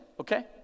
okay